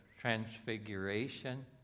Transfiguration